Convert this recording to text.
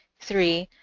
three,